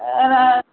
ଏ ହେ